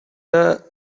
the